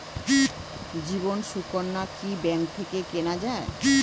জীবন সুকন্যা কি ব্যাংক থেকে কেনা যায়?